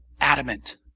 adamant